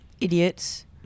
idiots